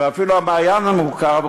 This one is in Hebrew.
ואפילו "המעיין" המוכר,